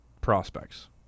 prospects